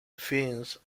fins